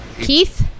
Keith